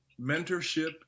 mentorship